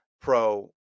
pro